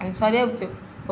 எனக்கு சரியாக போச்சு